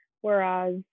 Whereas